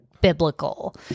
biblical